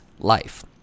life